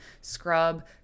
scrub